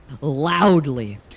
loudly